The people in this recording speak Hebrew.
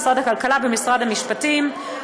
משרד הכלכלה ומשרד המשפטים,